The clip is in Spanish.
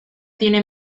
tiene